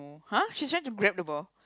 !huh! she's trying to grab the ball